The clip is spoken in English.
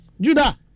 Judah